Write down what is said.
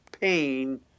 pain